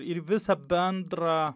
ir visą bendrą